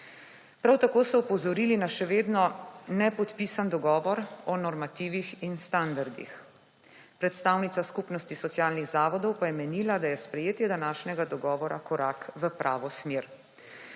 Prav tako so opozorili na še vedno nepodpisan dogovor o normativih in standardih. Predstavnica Skupnosti socialnih zavodov pa je menila, da je sprejetje današnjega dogovora korak v pravo smer.